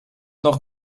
noch